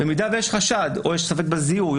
במידה ויש חשד או יש ספק בזיהוי,